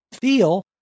feel